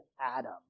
Adam